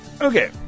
Okay